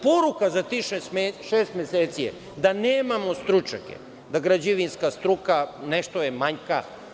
Poruka za tih šest meseci je da nemamo stručnjake, da građevinska struka, nešto joj manjka.